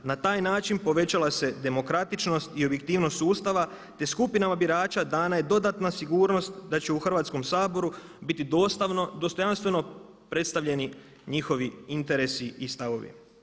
Na taj način povećava se demokratičnost i objektivnost sustava te skupinama birača dana je dodatna sigurnost da će u Hrvatskom saboru biti dostojanstveno predstavljeni njihovi interesi i stavovi.